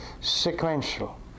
sequential